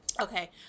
okay